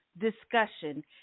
discussion